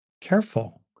careful